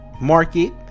market